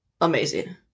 amazing